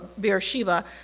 Beersheba